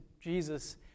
Jesus